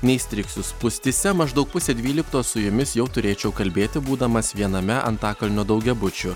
neįstrigsiu spūstyse maždaug pusė dvylyktos su jumis jau turėčiau kalbėti būdamas viename antakalnio daugiabučių